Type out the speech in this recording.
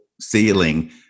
ceiling